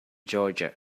georgia